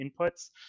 inputs